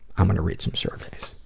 i'm gonna read some surveys.